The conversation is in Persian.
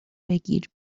بگیر